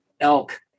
elk